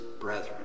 brethren